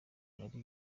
hari